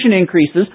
increases